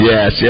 Yes